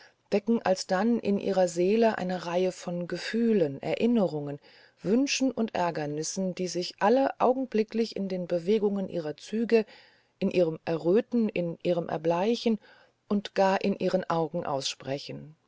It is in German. wecken alsdann in ihrer seele eine reihe von gefühlen erinnerungen wünschen und ärgernissen die sich alle augenblicklich in den bewegungen ihrer züge in ihrem erröten in ihrem erbleichen und gar in ihren augen aussprechen